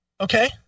Okay